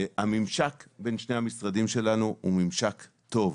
הממשק בין שני המשרדים שלנו הוא ממשק טוב,